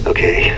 Okay